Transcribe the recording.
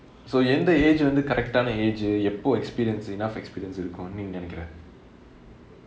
so எந்த:entha age வந்து:vanthu correct ah னா:aa age எப்போ:eppo experience enough experience இருக்கும் நீ நினைக்கிறே:irukkom nee ninaikkurae